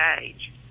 age